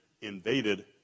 invaded